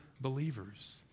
believers